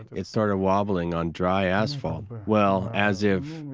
it started wobbling on dry asphalt. well, as if,